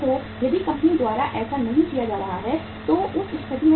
यदि कंपनी द्वारा ऐसा नहीं किया जा रहा है तो उस स्थिति में क्या होगा